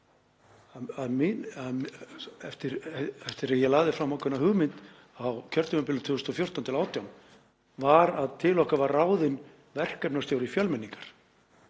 Eftir að ég lagði fram ákveðna hugmynd á kjörtímabilinu 2014–2018 var til okkar ráðinn verkefnastjóri fjölmenningar